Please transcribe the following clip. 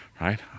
right